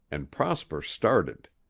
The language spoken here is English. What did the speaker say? and prosper started.